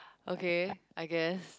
okay I guess